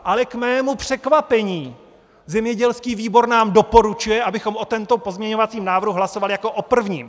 Ale k mému překvapení zemědělský výbor nám doporučuje, abychom o tomto pozměňovacím návrhu hlasovali jako o prvním!